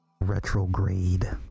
Retrograde